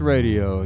Radio